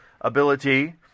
ability